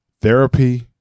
therapy